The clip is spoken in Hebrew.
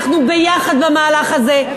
אנחנו ביחד במהלך הזה.